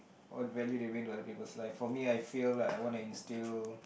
what value do you bring to other peoples' life for me I feel like I want to instill